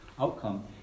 outcome